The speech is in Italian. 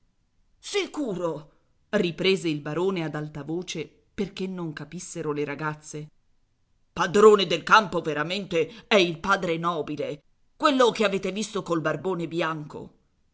sicuro riprese il barone ad alta voce perché non capissero le ragazze padrone del campo veramente è il padre nobile quello che avete visto col barbone bianco